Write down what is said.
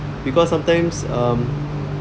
because sometimes um